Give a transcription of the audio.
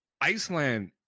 Iceland